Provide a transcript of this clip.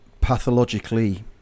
pathologically